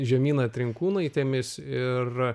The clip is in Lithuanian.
žemyna trinkūnaitėmis ir